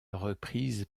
reprise